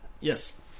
Yes